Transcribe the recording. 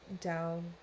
down